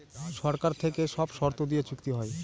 সরকার থেকে সব শর্ত দিয়ে চুক্তি হয়